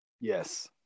Yes